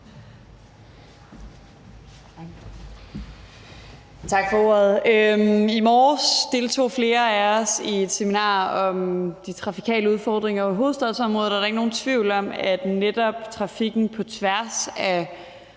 Tak for ordet. I morges deltog flere af os i et seminar om de trafikale udfordringer i hovedstadsområdet, og der er ikke nogen tvivl om, at netop trafikken på tværs af